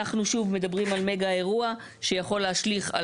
אנחנו שוב מדברים על מגה אירוע שיכול להשליך על